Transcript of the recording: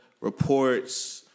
reports